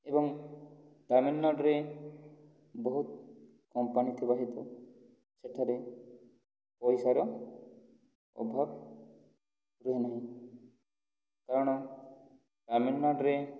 ଏବଂ ତାମିଲନାଡ଼ୁରେ ବହୁତ କମ୍ପାନୀ ଥିବା ହେତୁ ସେଠାରେ ପଇସାର ଅଭାବ ରୁହେ ନାହିଁ କାରଣ ତାମିଲନାଡ଼ୁରେ